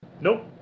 Nope